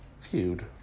feud